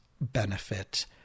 benefit